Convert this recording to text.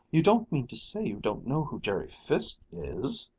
you don't mean to say you don't know who jerry fiske is!